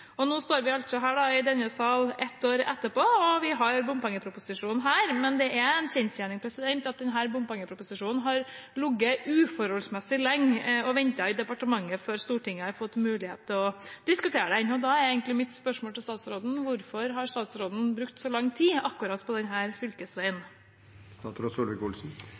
Nå står vi her, i denne sal, ett år etterpå. Vi har bompengeproposisjonen her, men det er en kjensgjerning at denne bompengeproposisjonen har ligget uforholdsmessig lenge og ventet i departementet før Stortinget har fått mulighet til å diskutere den. Da er egentlig mitt spørsmål til statsråden: Hvorfor har statsråden brukt så lang tid på akkurat